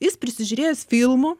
jis prisižiūrėjęs filmų